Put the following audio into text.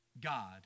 god